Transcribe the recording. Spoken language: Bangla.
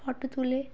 ফটো তুলে